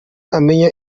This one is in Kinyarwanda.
amenya